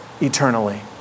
eternally